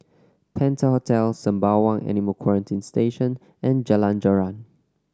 Penta Hotel Sembawang Animal Quarantine Station and Jalan Joran